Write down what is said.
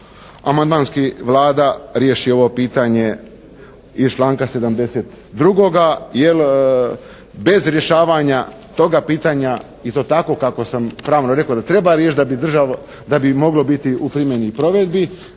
amandmanski Vlada riješi ovo pitanje iz članka 72., jer bez rješavanja toga pitanja i to tako kako sam pravno rekao da treba riješiti, da bi moglo biti u primjeni i provedbi,